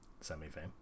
semi-fame